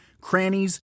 crannies